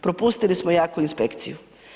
Propustili smo jaku inspekciju.